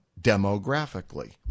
demographically